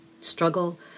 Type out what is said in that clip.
Struggle